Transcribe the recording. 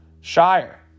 Shire